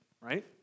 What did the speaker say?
Right